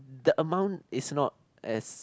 the amount is not as